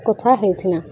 କଥା ହେଉଥିଲା